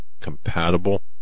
compatible